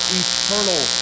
eternal